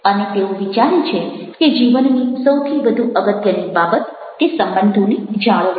અને તેઓ વિચારે છે કે જીવનની સૌથી વધુ અગત્યની બાબત તે સંબંધોની જાળવણી છે